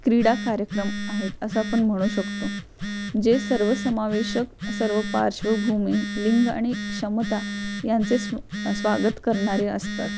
क्रीडा कार्यक्रम आहेत असं आपण म्हणू शकतो जे सर्व समावेशक सर्व पार्श्वभूमी लिंग आणि क्षमता यांचे स्व स्वागत करणारे असतात